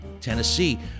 Tennessee